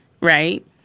right